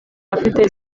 afite